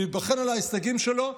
להיבחן על ההישגים שלו,